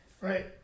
right